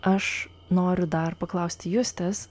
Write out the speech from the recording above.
aš noriu dar paklausti justės